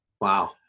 Wow